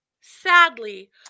Sadly